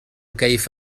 كيف